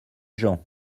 gens